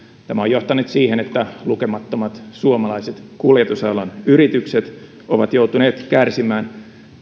tämä on johtanut siihen että lukemattomat suomalaiset kuljetusalan yritykset ovat joutuneet kärsimään